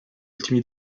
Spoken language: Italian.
ultimi